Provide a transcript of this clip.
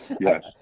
Yes